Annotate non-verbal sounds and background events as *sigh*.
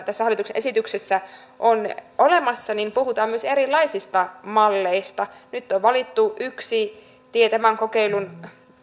*unintelligible* tässä hallituksen esityksessä on olemassa puhutaan myös erilaisista malleista nyt on valittu yksi tie tämän kokeilun